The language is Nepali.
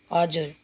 हजुर